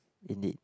indeed